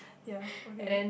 ya okay